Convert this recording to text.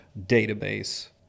database